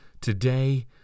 Today